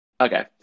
Okay